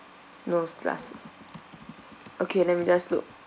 no s~ glasses okay let me just look